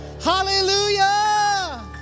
Hallelujah